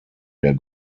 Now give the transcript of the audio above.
der